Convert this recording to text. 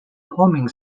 homing